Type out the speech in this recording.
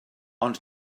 ond